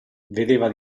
vedeva